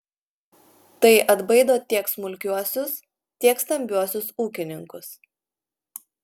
tai atbaido tiek smulkiuosius tiek stambiuosius ūkininkus